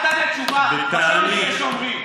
אל תענה תשובה: תחשבו לפני שאומרים.